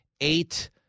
eight